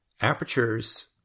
apertures